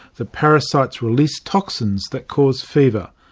the parasites release toxins that cause fever.